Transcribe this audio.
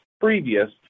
previous